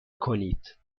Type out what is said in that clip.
کنید